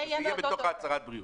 שיהיה בתוך הצהרת הבריאות.